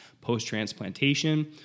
post-transplantation